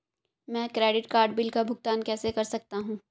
मैं credit card bill का भुगतान कैसे कर सकता हूं?